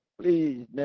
please